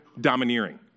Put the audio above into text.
domineering